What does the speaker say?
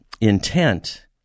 intent